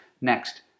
Next